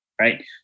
right